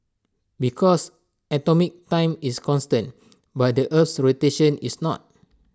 because atomic time is constant but the Earth's rotation is not